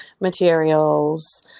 materials